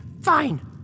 Fine